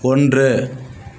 ஒன்று